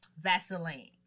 Vaseline